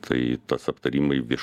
tai tas aptarimai viešumoje